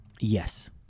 Yes